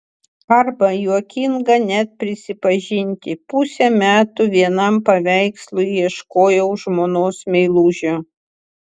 arba juokinga net prisipažinti pusę metų vienam paveikslui ieškojau žmonos meilužio